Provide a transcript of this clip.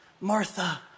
Martha